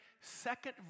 second